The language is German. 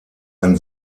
ein